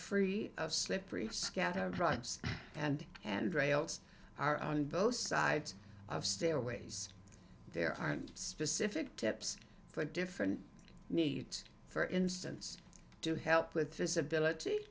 free of slippery scattered rides and and rails are on both sides of stairways there are specific tips for different needs for instance to help with visibilit